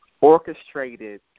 orchestrated